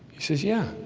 he says yeah,